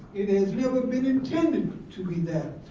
it has never been intended to be that.